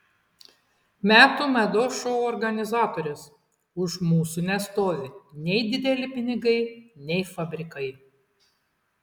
metų mados šou organizatorės už mūsų nestovi nei dideli pinigai nei fabrikai